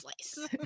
slice